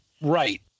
Right